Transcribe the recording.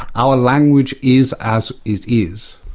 our language is as it is.